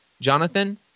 Jonathan